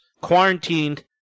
quarantined